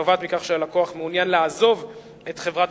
הנובעת מכך שכשהלקוח מעוניין לעזוב את חברת